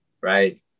Right